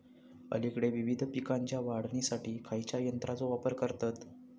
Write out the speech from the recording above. अलीकडे विविध पीकांच्या काढणीसाठी खयाच्या यंत्राचो वापर करतत?